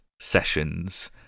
sessions